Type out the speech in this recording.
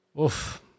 Oof